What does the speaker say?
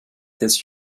this